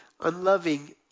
unloving